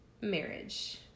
marriage